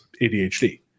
ADHD